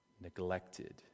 neglected